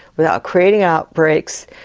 without creating outbreaks,